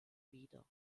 wieder